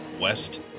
west